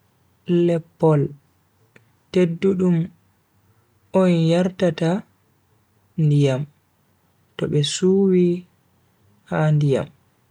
Leppol, teddudum on yartata ndiyam to be suwi ha ndiyam.